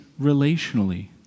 relationally